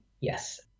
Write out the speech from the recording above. Yes